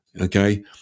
okay